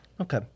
Okay